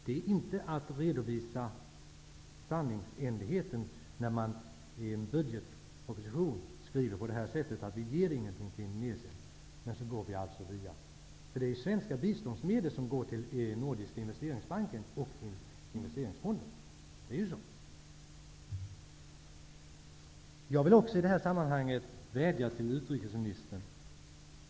Det är inte en sanningsenlig redovisning, när man skriver i budgetpropositionen att Sverige inte ger bistånd till Indonesien. Svenska biståndsmedel går ju dit via Nordiska Investeringsbanken och I sammanhanget vill jag också vädja till utrikesministern.